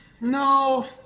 No